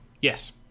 Yes